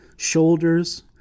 shoulders